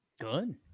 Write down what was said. Good